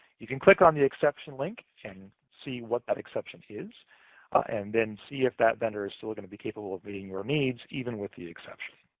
you can click on the exception link and see what that exception is and then see if that vendor is still going to be capable of meeting your needs, even with the exception.